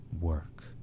work